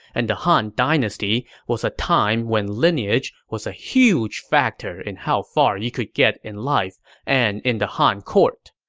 and the han dynasty was a time when lineage was a huge factor in how far you could get in life and in the han court.